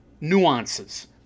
nuances